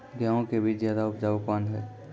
गेहूँ के बीज ज्यादा उपजाऊ कौन है?